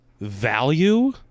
value